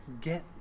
get